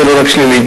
ולא רק שליליים.